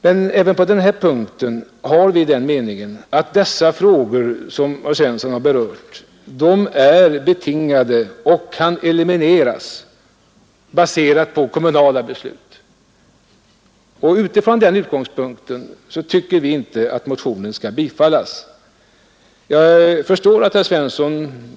Men även på den här punkten har vi den meningen att de frågor som herr Svensson har berört är betingade och kan elimineras på basis av kommunala beslut. Utifrån den utgångspunkten anser vi inte att motionen skall bifallas.